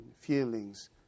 feelings